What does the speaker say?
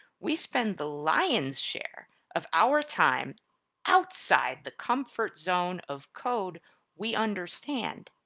we spend the lion's share of our time outside the comfort zone of code we understand.